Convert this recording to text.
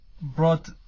brought